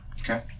Okay